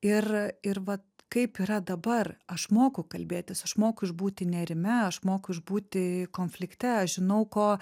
ir ir vat kaip yra dabar aš moku kalbėtis aš moku išbūti nerime aš moku išbūti konflikte aš žinau ko